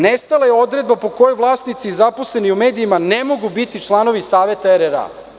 Nestala je odredba po kojoj vlasnici i zaposleni u medijima ne mogu biti članovi saveta RRA.